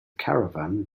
caravan